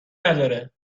نداره